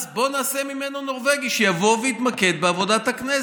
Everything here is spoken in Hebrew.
אז בואו נעשה ממנו נורבגי שיבוא ויתמקד בעבודת הכנסת.